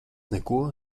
neko